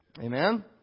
Amen